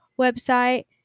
website